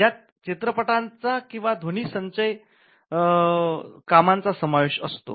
ज्यात चित्रपटाचा किंवा ध्वनी संचय कामांचा समावेश असतो